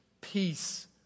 peace